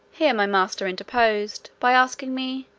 here my master interposed, by asking me,